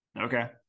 Okay